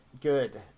good